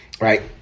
right